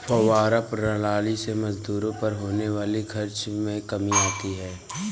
फौव्वारा प्रणाली से मजदूरों पर होने वाले खर्च में कमी आती है